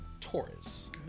taurus